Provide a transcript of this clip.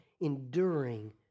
enduring